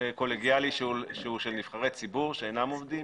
קולגיאלי שהוא של נבחרי ציבור שאינם עובדים